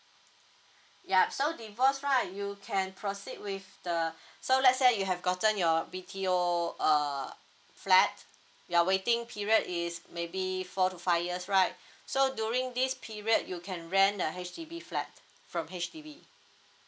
ya so divorced right you can proceed with the so let's say you have gotten your B T O err flat your waiting period is maybe four to five years right so during this period you can rent a H_D_B flat from H_D_B